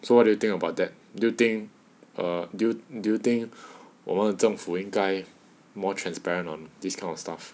so what do you think about that do you think err do you do you think 我们政府应该 more transparent on this kind of stuff